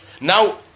Now